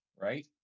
right